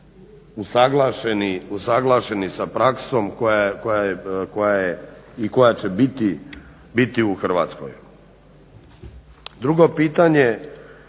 usaglašeni sa praksom koja je i koja će biti u Hrvatskoj. Drugo pitanje